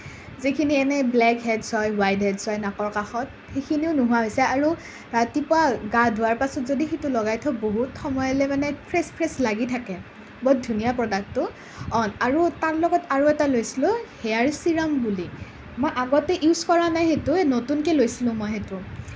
যিখিনি এনেই black heads হয় হোৱাইট হেডছ হয় নাকৰ কাষত সেইখিনিও নোহোৱা হৈছে আৰু ৰাতিপুৱা গা ধোৱাৰ পাছত যদি সেইটো লগাই থওঁ বহুত সময়লৈ মানে ফ্ৰেছ ফ্ৰেছ লাগি থাকে বৰ ধুনীয়া প্ৰডাক্টটো অঁ আৰু তাৰ লগত আৰু এটা লৈছিলোঁ হেয়াৰ ছিৰাম বুলি মই আগতে ইউজ কৰা নাই সেইটো নতুনকে লৈছিলোঁ মই সেইটো